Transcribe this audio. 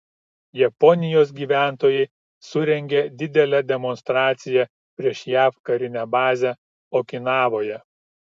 japonijos gyventojai surengė didelę demonstraciją prieš jav karinę bazę okinavoje